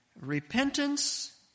Repentance